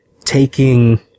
taking